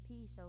peace